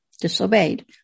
disobeyed